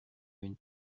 une